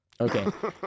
Okay